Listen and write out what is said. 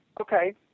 Okay